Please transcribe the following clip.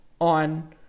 on